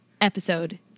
episode